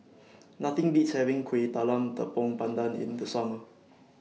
Nothing Beats having Kueh Talam Tepong Pandan in The Summer